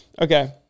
Okay